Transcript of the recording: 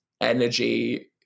energy